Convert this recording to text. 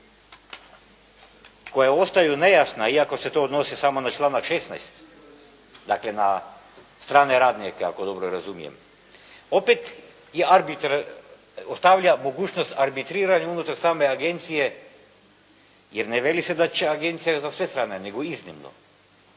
koje ostaju nejasna iako se to odnosi na članak 16. dakle, na strane radnike ako dobro razumijem, opet je, ostavlja mogućnost arbitriranju unutar same agencije, jer ne veli se da će agencija za sve strane, nego iznimno